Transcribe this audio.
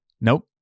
Nope